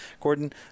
Gordon